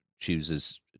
chooses